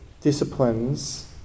disciplines